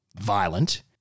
violent